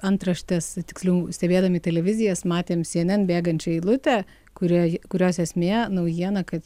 antraštes tiksliau stebėdami televizijas matėm cnn bėgančią eilutę kuria kurios esmė naujiena kad